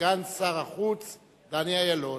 סגן שר החוץ דני אילון,